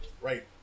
right